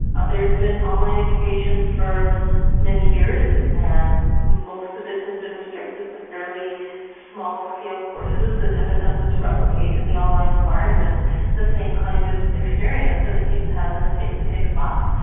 ah there has been online education for many years, and most of it has been restricted to fairly small-scale courses that have attempted to replicate in the online environment at the same kind of experience that a student has in a face-to-face class.